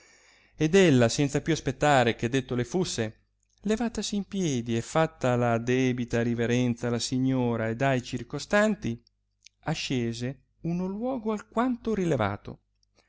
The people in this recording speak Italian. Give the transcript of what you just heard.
ed ella senza più aspettare che detto le fusse levatasi in piedi e fatta la debita riverenza alla signora ed ai circostanti ascese uno luogo alquanto rilevato